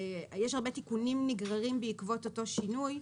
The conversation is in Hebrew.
ויש הרבה תיקונים נגררים בעקבות אותו שינוי,